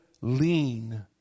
lean